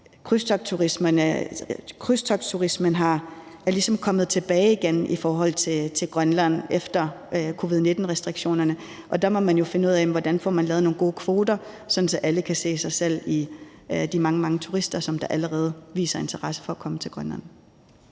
krydstogtturismen ligesom er kommet tilbage igen i Grønland efter covid-19-restriktionerne, og der må man jo finde ud af, hvordan man får lavet nogle gode kvoter, sådan at alle kan se sig selv i de mange, mange turister, som allerede viser interesse for at komme til Grønland.